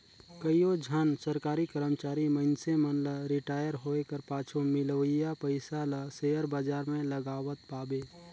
कइयो झन सरकारी करमचारी मइनसे मन ल रिटायर होए कर पाछू मिलोइया पइसा ल सेयर बजार में लगावत पाबे